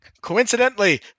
coincidentally